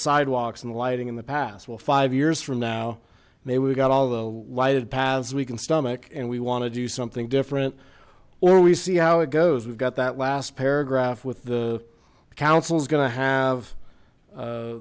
sidewalks and lighting in the past well five years from now maybe we've got all the lighted paths we can stomach and we want to do something different or we see how it goes we've got that last paragraph with the council's going to have